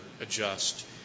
adjust